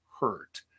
hurt